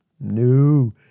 No